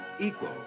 equal